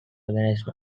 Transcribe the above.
against